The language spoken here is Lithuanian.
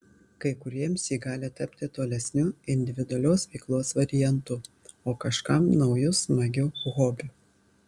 kai kuriems ji gali tapti tolesniu individualios veiklos variantu o kažkam nauju smagiu hobiu